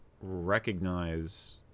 recognize